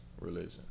religion